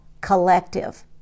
collective